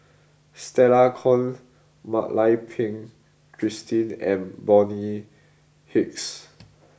Stella Kon Mak Lai Peng Christine and Bonny Hicks